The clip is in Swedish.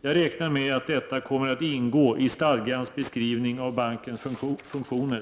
Jag räknar med att detta kommer att ingå i stadgans beskrivning av bankens funktioner.